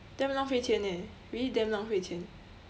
damn 浪费钱 eh really damn 浪费钱